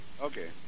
Okay